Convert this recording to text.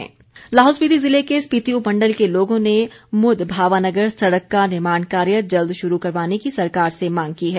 सड़क लाहौल स्पिति ज़िले के स्पिति उपमंडल के लोगों ने मुद भावानगर सड़क का निर्माण कार्य जल्द शुरू करवाने की सरकार से मांग की है